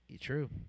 True